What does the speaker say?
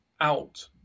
out